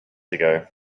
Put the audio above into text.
ago